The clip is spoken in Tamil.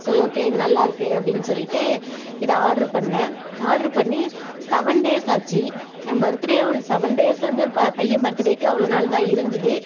சரி ஓகே இது நல்லாயிருக்கு அப்படினு சொல்லிகிட்டு இதை ஆடரு பண்ணிணேன் ஆடரு பண்ணி செவன் டேஸ் ஆச்சு என் பர்த் டேவும் செவன் டேஸ் வந்து இப்போ பையன் பர்த்து டேக்கே அவ்வளோ நாள் தான் இருந்தது